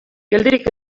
geldirik